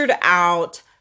out